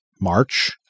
March